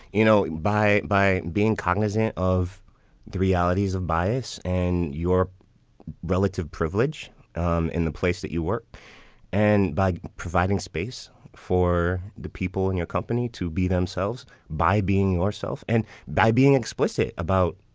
you know, by by being cognizant of the realities of bias and your relative privilege um in the place that you work and by providing space for the people in your company to be themselves, by being yourself and by being explicit about,